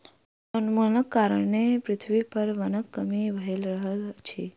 वनोन्मूलनक कारणें पृथ्वी पर वनक कमी भअ रहल अछि